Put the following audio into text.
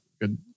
good